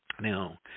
Now